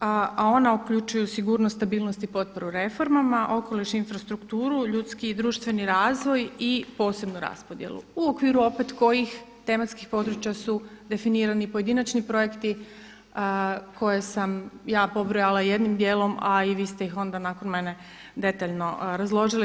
a ona uključuju sigurnost, stabilnost i potporu reformama, okoliš i infrastrukturu, ljudski i društveni razvoj i posebnu raspodjelu u okviru opet kojih tematskih područja su definirani pojedinačni projekti koje sam ja pobrojala jednim djelom a i vi ste ih onda nakon mene detaljno razložili.